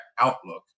outlook